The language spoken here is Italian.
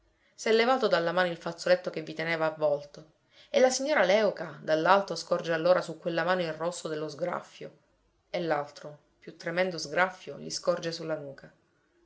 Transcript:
prima s'è levato dalla mano il fazzoletto che vi teneva avvolto e la signora léuca dall'alto scorge allora su quella mano il rosso dello sgraffio e l'altro più tremendo sgraffio gli scorge sulla nuca